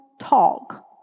talk